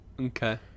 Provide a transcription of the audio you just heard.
Okay